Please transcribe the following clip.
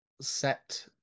set